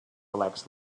plecs